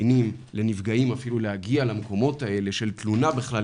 לקטינים ולנפגעים להגיע לתלונה בכלל,